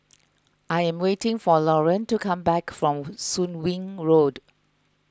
I am waiting for Loren to come back from Soon Wing Road